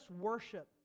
worship